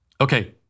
okay